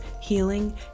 healing